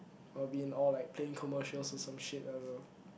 I'll be in all like plane commercials or some shit I don't know